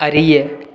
அறிய